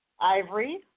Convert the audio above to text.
Ivory